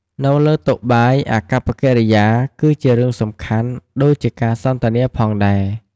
នៅលើតុបាយ អាកប្បកិរិយាគឺជារឿងសំខាន់ដូចជាការសន្ទនាផងដែរ។